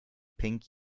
pink